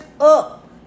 up